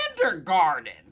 kindergarten